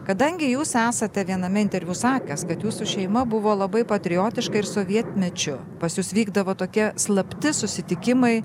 kadangi jūs esate viename interviu sakęs kad jūsų šeima buvo labai patriotiška ir sovietmečiu pas jus vykdavo tokie slapti susitikimai